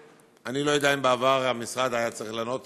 ואני לא יודע אם בעבר המשרד היה צריך לענות